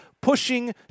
pushing